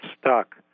stuck